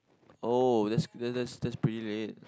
oh that's that's that's that's pretty late